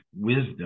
wisdom